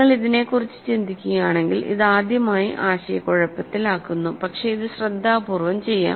നിങ്ങൾ ഇതിനെക്കുറിച്ച് ചിന്തിക്കുകയാണെങ്കിൽ ഇത് ആദ്യമായി ആശയക്കുഴപ്പത്തിലാക്കുന്നു പക്ഷേ ഇത് ശ്രദ്ധാപൂർവ്വം ചെയ്യാം